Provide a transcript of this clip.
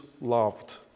loved